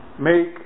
make